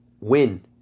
win